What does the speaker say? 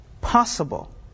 possible